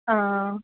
અં